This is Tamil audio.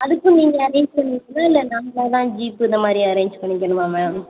அதுக்கும் நீங்கள் அரேஞ்ச் பண்ணுவிங்களா இல்லை நாங்களாகதான் ஜீப் இந்த மாதிரி அரேஞ்ச் பண்ணிக்கணுமா மேம்